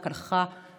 רק הלכה והתארכה.